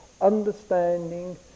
understanding